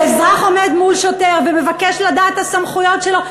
אזרח שמעמיד שוטר על הסמכויות שלו,